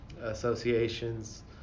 associations